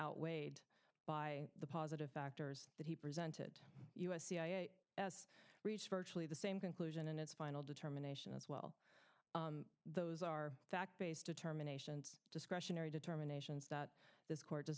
outweighed by the positive factors that he presented us cia has reached virtually the same conclusion in its final determination as well those are fact based determinations discretionary determinations that this court does